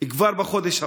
כבר בחודש הבא.